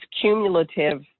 cumulative